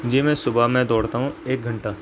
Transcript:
جی میں صبح میں دوڑتا ہوں ایک گھنٹہ